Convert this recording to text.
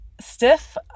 stiff